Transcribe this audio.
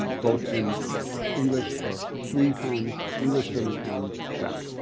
both in english, or three times, english, german, and czech.